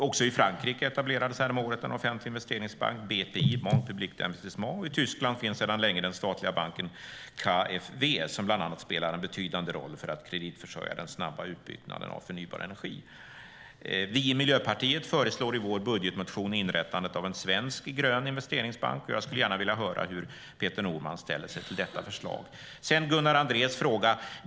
Också i Frankrike etablerades häromåret en offentlig investeringsbank, Banque publique d'investissement, BPI, och i Tyskland finns sedan länge den statliga banken KfW, som bland annat spelar en betydande roll för att kreditförsörja den snabba utbyggnaden av förnybar energi. Vi i Miljöpartiet föreslår i vår budgetmotion nu i vår inrättandet av en svensk grön investeringsbank, och jag skulle gärna vilja höra hur Peter Norman ställer sig till detta förslag. Sedan till Gunnar Andréns fråga.